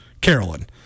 Carolyn